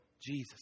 Jesus